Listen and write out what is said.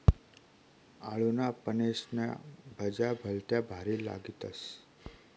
आळूना पानेस्न्या भज्या भलत्या भारी लागतीस